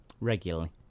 regularly